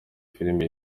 filime